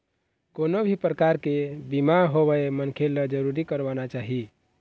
कोनो भी परकार के बीमा होवय मनखे ल जरुर करवाना चाही